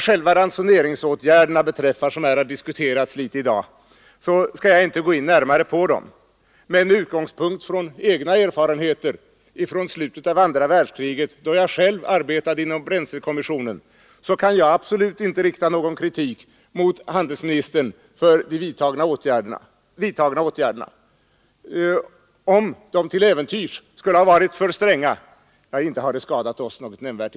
Själva ransoneringsåtgärderna skall jag inte närmare gå in på, men med utgångspunkt i egna erfarenheter från slutet av andra världskriget, då jag själv arbetade inom bränslekommissionen, kan jag absolut inte rikta någon kritik mot handelsministern för de vidtagna åtgärderna. Om de till äventyrs skulle ha varit för stränga, så inte har de skadat oss något nämnvärt.